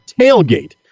tailgate